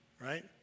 right